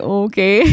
okay